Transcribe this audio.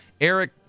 Eric